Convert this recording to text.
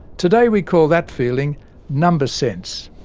today we call that feeling number sense.